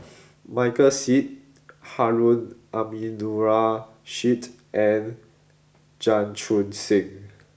Michael Seet Harun Aminurrashid and Chan Chun Sing